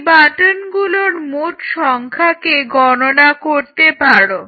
এই বাটনগুলোর মোট সংখ্যাকে গণনা করতে পারো